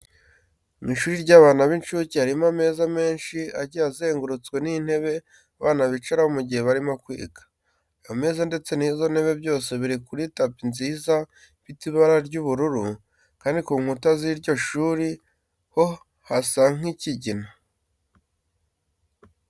Mu ishuri ry'abana b'inshuke harimo ameza menshi agiye azengurutswe n'intebe abana bicaraho mu gihe barimo kwiga. Ayo meza ndetse n'izo ntebe byose biri kuri tapi nziza ifite ibara ry'ubururu kandi ku nkuta z'iryo shuri ho hasa nk'ikigina.